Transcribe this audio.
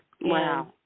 Wow